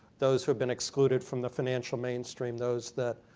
those who have been excluded from the financial mainstream, those that